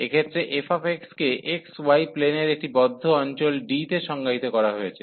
এক্ষেত্রে f কে x y প্লেনের একটি বদ্ধ অঞ্চল D তে সংজ্ঞায়িত করা হয়েছে